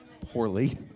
poorly